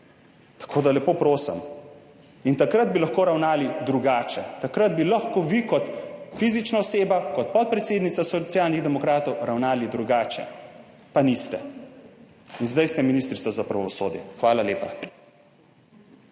tako da, lepo prosim. Takrat bi lahko ravnali drugače. Takrat bi lahko vi kot fizična oseba, kot podpredsednica Socialnih demokratov ravnali drugače, pa niste, in zdaj ste ministrica za pravosodje. Hvala lepa.